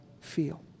feel